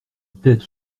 tête